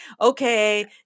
okay